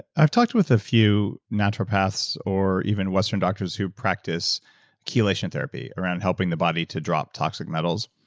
i've talked with a few naturopaths or even western doctors who practice chelation therapy around helping the body to drop toxic metals.